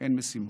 הם משימות.